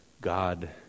God